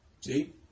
See